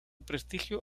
prestigio